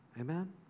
Amen